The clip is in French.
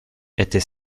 était